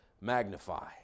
magnify